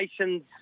Nations